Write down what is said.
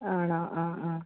ആണോ ആ ആ